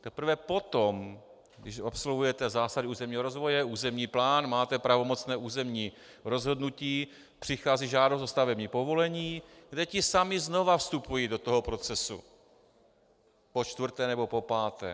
Teprve potom, když absolvujete zásady územního rozvoje, územní plán, máte pravomocné územní rozhodnutí, přichází žádost o stavební povolení, kde ti samí znova vstupují do toho procesu, počtvrté nebo popáté.